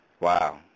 Wow